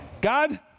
God